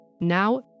now